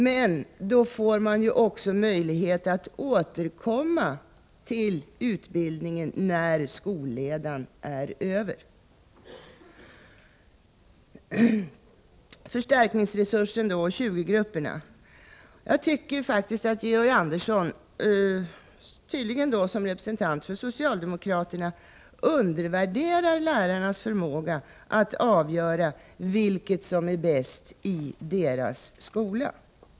Men då får man också möjlighet att återkomma till utbildningen när skolledan är över. När det gäller förstärkningsresursen och 20-grupperna tycker jag faktiskt att Georg Andersson — tydligen som representant för socialdemokraterna — undervärderar lärarnas förmåga att avgöra vilket som är bäst i deras skola.